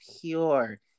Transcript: pure